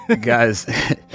Guys